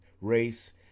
race